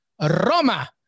Roma